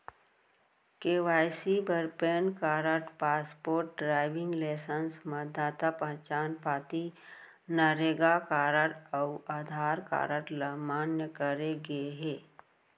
KYC बर PAN card, passport, driving licence, मतदाता पहचान पाती, नरेगा कारड अउ आधार कारड ल मान्य करे गे हे